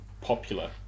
popular